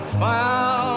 found